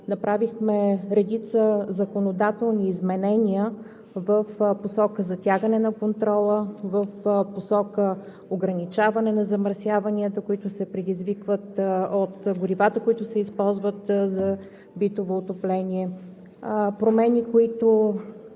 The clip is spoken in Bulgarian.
направихме редица законодателни изменения в посока затягане на контрола, в посока ограничаване на замърсяванията, които се предизвикват от горивата, които се използват за битово отопление, промени, които